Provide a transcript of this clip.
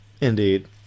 Indeed